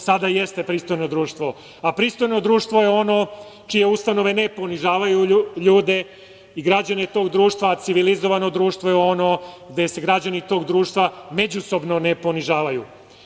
Sada jeste pristojno društvo, a pristojno društvo je ono čije ustanove ne ponižavaju ljude i građane tog društva, a civilizovano društvo je ono gde se građani tog društva međusobno ne ponižavaju.